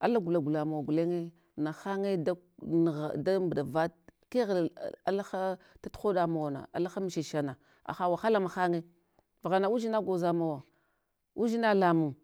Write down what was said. Ala gula, gula mawa gulenye, nahanye dak nugh, dam mɓuɗavat kegh alaha taf hoɗa mawana, lahamshishana, haha wahala mahanye, pugha udzina gwoza mawa, udzina lamung.